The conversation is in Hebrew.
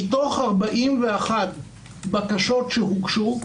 מתוך 41 בקשות שהוגשו,